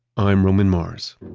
i'm roman mars